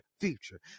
future